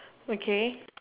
okay